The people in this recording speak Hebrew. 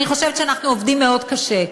אני חושבת שאנחנו עובדים מאוד קשה.